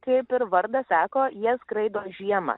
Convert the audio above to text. kaip ir vardas sako jie skraido žiemą